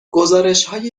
گزارشهای